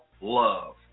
love